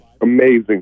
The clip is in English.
Amazing